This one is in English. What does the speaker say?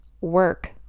Work